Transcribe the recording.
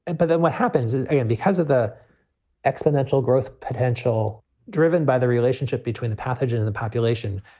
and but then what happens is and because of the exponential growth potential driven by the relationship between the pathogen in the population,